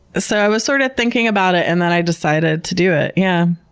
so i was sort of thinking about it and then i decided to do it. yeah.